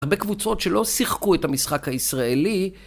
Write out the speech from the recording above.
הרבה קבוצות שלא שיחקו את המשחק הישראלי.